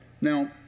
Now